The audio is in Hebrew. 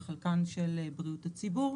וחלקן של בריאות הציבור,